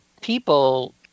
people